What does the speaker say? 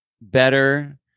better